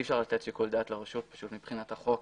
אי אפשר לתת שיקול דעת לרשות מבחינת החוק